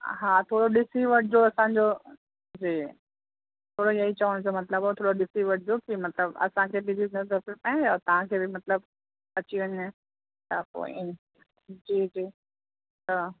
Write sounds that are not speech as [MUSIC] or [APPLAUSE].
हा थोरो ॾिसी वठिजो असांजो जी थोरो इहो ई चवण जो मतिलब हो थोरो ॾिसी वठिजो की मतिलब असांखे बि [UNINTELLIGIBLE] पए और तव्हांखे बि मतिलब अची वञे त पोइ जी जी हा